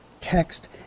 text